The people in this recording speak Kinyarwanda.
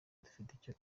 dufite